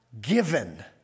given